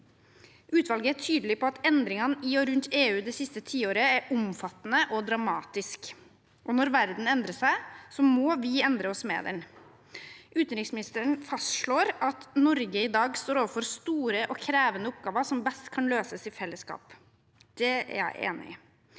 Utvalget er tydelig på at endringene i og rundt EU det siste tiåret er omfattende og dramatiske. Når verden endrer seg, må vi endre oss med den. Utenriksministeren fastslår at Norge i dag står overfor store og krevende oppgaver som best kan løses i fellesskap. Det er jeg enig i.